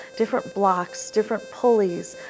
different blocks, different pulleys.